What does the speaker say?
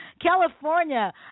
California